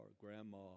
grandma